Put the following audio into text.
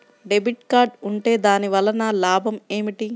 Debit card ఉంటే దాని వలన లాభం ఏమిటీ?